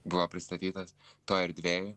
buvo pristatytas toj erdvėj